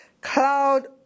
cloud